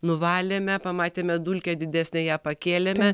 nuvalėme pamatėme dulkę didesnę ją pakėlėme